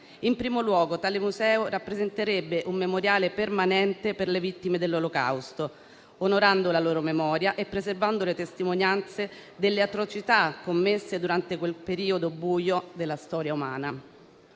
In primo luogo, tale museo rappresenterebbe un memoriale permanente per le vittime dell'Olocausto, onorando la loro memoria e preservando le testimonianze delle atrocità commesse durante quel periodo buio della storia umana.